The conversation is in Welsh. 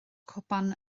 cwpan